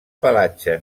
pelatge